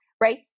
right